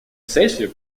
сессию